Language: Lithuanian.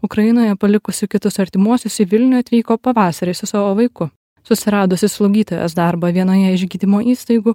ukrainoje palikusių kitus artimuosius į vilnių atvyko pavasarį su savo vaiku susiradusi slaugytojos darbą vienoje iš gydymo įstaigų